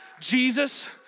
Jesus